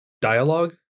dialogue